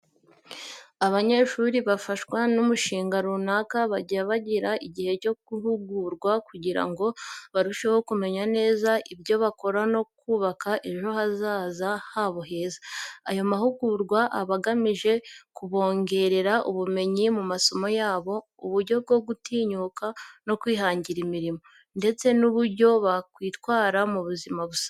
Abanyeshuri bafashwa n'umushinga runaka bajya bagira igihe cyo guhugurwa kugira ngo barusheho kumenya neza ibyo bakora no kubaka ejo hazaza habo heza. Ayo mahugurwa aba agamije kubongerera ubumenyi mu masomo yabo, uburyo bwo gutinyuka no kwihangira imirimo, ndetse n'uburyo bakitwara mu buzima busanzwe.